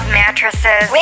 mattresses